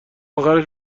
آخرش